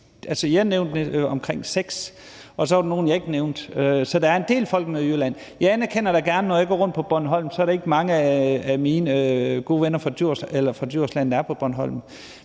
jeg nævnte omkring seks, og så var der nogle, jeg ikke nævnte. Så der er en del folkemøder i Jylland. Jeg anerkender da gerne, at når jeg går rundt på Bornholm, er der ikke mange af mine gode venner fra Djursland. Men der er også